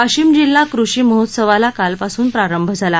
वाशिम जिल्हा कृषी महोत्सवाला कालपासून प्रारंभ झाला